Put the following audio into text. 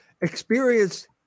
Experience